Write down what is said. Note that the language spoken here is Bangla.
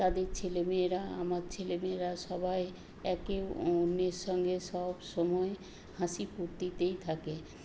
তাদের ছেলেমেয়েরা আমার ছেলেমেয়েরা সবাই একে অন্যের সঙ্গে সব সময় হাসি ফূর্তিতেই থাকে